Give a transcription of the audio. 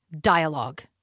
dialogue